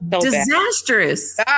disastrous